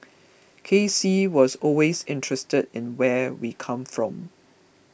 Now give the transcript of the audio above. K C was always interested in where we come from